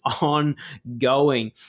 ongoing